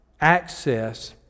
access